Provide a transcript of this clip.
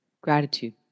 gratitude